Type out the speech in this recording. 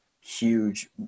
huge